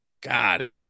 God